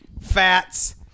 Fats